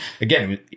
again